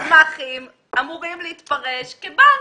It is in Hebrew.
שהגמ"חים אמורים להתפרש כבנק.